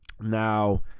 Now